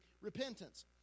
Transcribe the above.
repentance